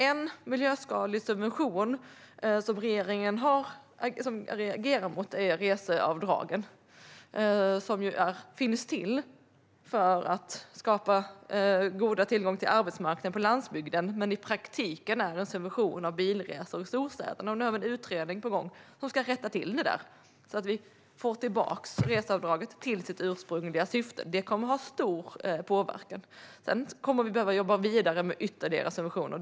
En miljöskadlig subvention som regeringen agerar mot är reseavdraget. Det finns till för att skapa god tillgång till en arbetsmarknad på landsbygden. Men i praktiken är det en subvention av bilresor i storstäderna. Vi har nu en utredning på gång som ska rätta till det där, så att vi får tillbaka reseavdragets ursprungliga syfte. Det kommer att få stor påverkan. Vi kommer att behöva jobba vidare med ytterligare subventioner.